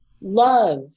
love